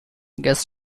gas